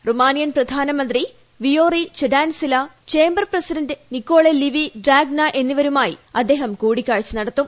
Romanian പ്രധാനമന്ത്രി Viorica Dancila chamber president Nicolae Liviu Dragnea എന്നിവരുമായും അദ്ദേഹം കൂടിക്കാഴ്ച നടത്തും